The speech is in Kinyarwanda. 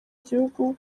gihugu